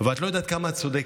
אבל את לא יודעת כמה את צודקת.